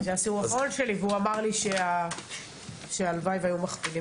זה היה הסיבוב האחרון שלי והוא אמר לי שהלוואי שהיו מכפילים.